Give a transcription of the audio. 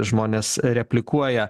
žmonės replikuoja